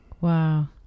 Wow